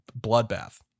bloodbath